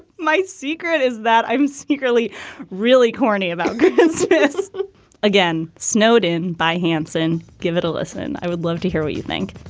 my secret is that i'm usually really corny about again, snowed in by hanson. give it a listen. i would love to hear what you think.